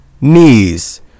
knees